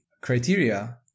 criteria